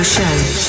Show